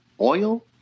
oil